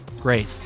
Great